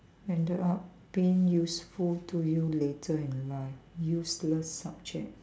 ended up being useful to you later in life useless subject